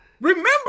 Remember